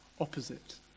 opposite